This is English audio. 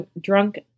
drunk